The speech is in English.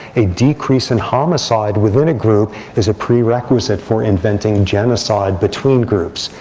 a decrease in homicide within a group is a prerequisite for inventing genocide between groups.